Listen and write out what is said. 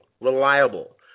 Reliable